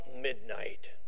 midnight